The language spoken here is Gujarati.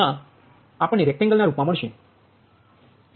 005244 રેક્ટેન્ગલ ના રુપ મા મળે